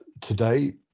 Today